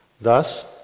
Thus